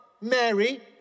Mary